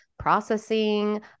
processing